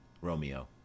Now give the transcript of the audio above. Romeo